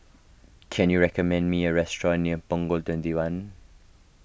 can you recommend me a restaurant near Punggol twenty one